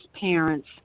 parents